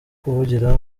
kuvugira